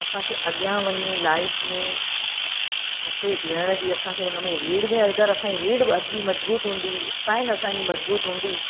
असांखे अॻियां वञी लाइफ़ में सिधे बिहण जी असांखे उन में रीढ़ में अगरि असां जी रीढ़ जी हॾी मज़बूत हूंदी स्पाइन असांजी मज़बूत हूंदी